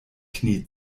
knie